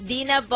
Dina